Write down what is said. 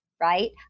right